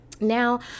Now